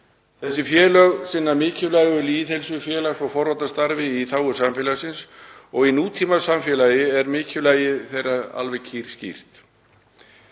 Þessi félög sinna mikilvægu lýðheilsu-, félags- og forvarnastarfi í þágu samfélagsins og í nútímasamfélagi er mikilvægi þeirra alveg kýrskýrt.